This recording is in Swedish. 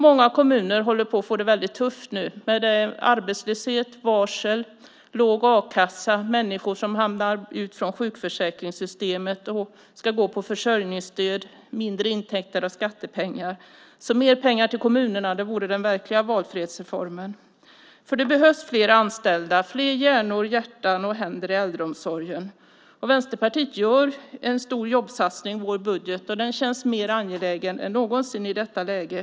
Många kommuner håller på att få det väldigt tufft nu med arbetslöshet, varsel, låg a-kassa, människor som hamnar utanför sjukförsäkringssystemet och ska gå på försörjningsstöd och mindre intäkter av skattepengar. Mer pengar till kommunerna vore den verkliga valfrihetsreformen. Det behövs fler anställda, fler hjärnor, hjärtan och händer, i äldreomsorgen. Vi i Vänsterpartiet gör en stor jobbsatsning i vår budget. Den känns mer angelägen än någonsin i detta läge.